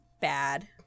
bad